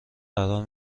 قرار